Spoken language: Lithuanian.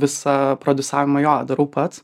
visą prodiusavimą jo darau pats